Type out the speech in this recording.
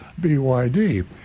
BYD